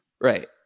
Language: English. right